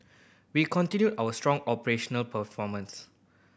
we continue our strong operational performance